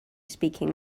speaking